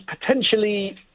potentially